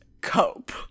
cope